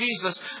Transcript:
Jesus